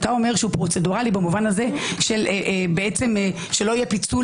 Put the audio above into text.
שפרוצדורלי במובן זה שלא יהיה פיצול